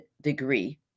degree